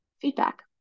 feedback